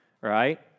right